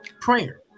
prayer